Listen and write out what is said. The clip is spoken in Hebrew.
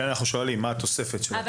לכן, אנחנו שואלים מה התוספת של התנאי?